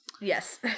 Yes